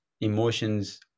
emotions